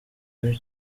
w’iyi